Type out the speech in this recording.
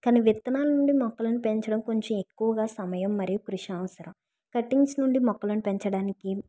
కాని విత్తనాలనుండి మొక్కలను పెంచడం కొంచెం ఎక్కువుగా సమయం మరియు కృషి అవసరం కటింగ్స్ నుండి మొక్కలను పెంచడానికి